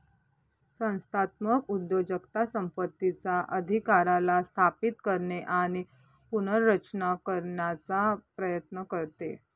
संस्थात्मक उद्योजकता संपत्तीचा अधिकाराला स्थापित करणे आणि पुनर्रचना करण्याचा प्रयत्न करते